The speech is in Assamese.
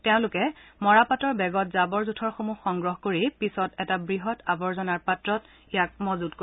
তেওঁলোকে মৰাপাটৰ বেগত জাঁৱৰ জোঁথৰসমূহ সংগ্ৰহ কৰি পিছত এটা বৃহৎ আৱৰ্জনাৰ পাত্ৰত মজুত কৰে